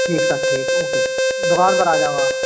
ठीक सर ठीक ओके दुकान पर आ जाओ आप